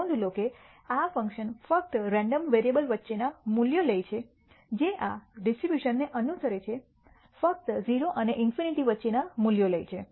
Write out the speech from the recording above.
નોંધ લો કે આ ફંક્શન ફક્ત રેન્ડમ વેરીએબલ વચ્ચેના મૂલ્યો લે છે જે આ ડિસ્ટ્રીબ્યુશનને અનુસરે છે ફક્ત 0 અને ∞ ની વચ્ચેના મૂલ્યો લે છે